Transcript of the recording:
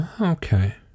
Okay